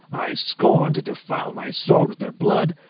i scorned to defile my sword with their blood,